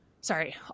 sorry